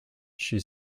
she